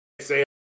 say